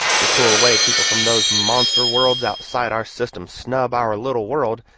the cool way people from those monster worlds outside our system snub our little world,